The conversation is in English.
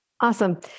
Awesome